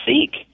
seek